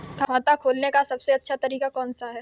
खाता खोलने का सबसे अच्छा तरीका कौन सा है?